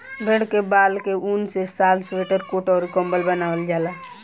भेड़ के बाल के ऊन से शाल स्वेटर कोट अउर कम्बल बनवाल जाला